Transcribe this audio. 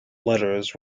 letters